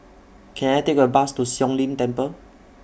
Can I Take A Bus to Siong Lim Temple